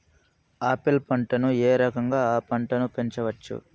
Apple పంటను ఏ రకంగా అ పంట ను పెంచవచ్చు?